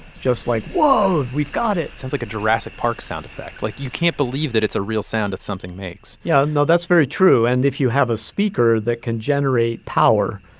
just like, whoa, we've got it it sounds like a jurassic park sound effect. like, you can't believe that it's a real sound that something makes yeah, no, that's very true. and if you have a speaker that can generate power,